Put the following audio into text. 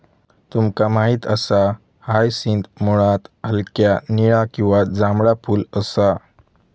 तुमका माहित असा हायसिंथ मुळात हलक्या निळा किंवा जांभळा फुल असा